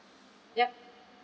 ya